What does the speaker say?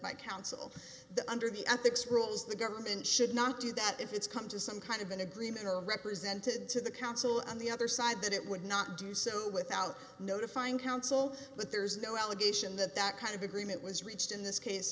by counsel the under the ethics rules the government should not do that if it's come to some kind of an agreement or represented to the council on the other side that it would not do so without notifying counsel but there's no allegation that that kind of agreement was reached in this case